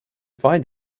find